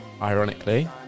ironically